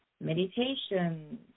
meditation